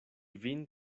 vin